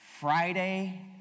Friday